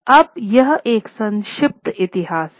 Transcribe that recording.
अब यह एक संक्षिप्त इतिहास है